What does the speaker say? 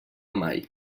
mai